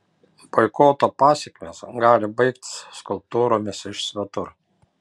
boikoto pasekmės gali baigtis skulptūromis iš svetur